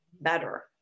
better